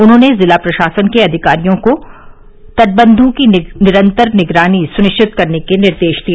उन्होंने जिला प्रशासन के अधिकारियों को तटबंधों की निरन्तर निगरानी सुनिश्चित करने के निर्देश दिए